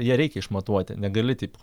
ją reikia išmatuoti negali taip